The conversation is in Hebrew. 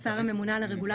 כשר הממונה על הרגולציה,